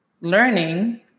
learning